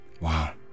Wow